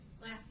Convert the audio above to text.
Last